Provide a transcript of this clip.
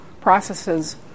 processes